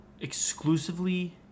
exclusively